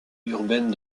urbaine